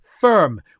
firm